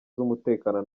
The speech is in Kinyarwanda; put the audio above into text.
z’umutekano